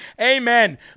Amen